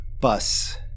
bus